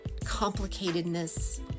complicatedness